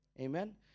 Amen